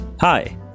Hi